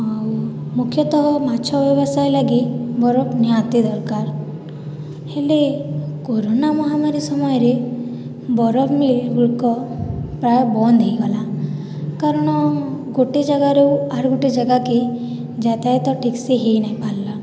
ଆଉ ମୁଖ୍ୟତଃ ମାଛ ବ୍ୟବସାୟ ଲାଗି ବରଫ ନିହାତି ଦରକାର ହେଲେ କରୋନା ମହାମାରୀ ସମୟରେ ବରଫ ମିଲ୍ ଗୁଡ଼ିକ ପ୍ରାୟ ବନ୍ଦ ହେଇଗଲା କାରଣ ଗୋଟେ ଜାଗାରେ ଆର୍ ଗୋଟେ ଜାଗାକେ ଯାତାୟାତ ଠିକ୍ ସେ ହେଇ ନେଇ ପାରିଲା